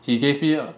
he gave me a